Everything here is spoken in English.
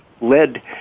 led